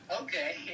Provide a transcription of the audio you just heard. Okay